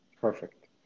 Perfect